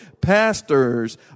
Pastors